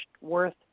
worth